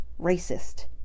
racist